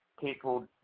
People